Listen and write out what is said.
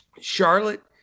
Charlotte